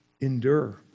endure